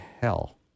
hell